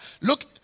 Look